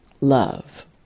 love